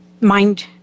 mind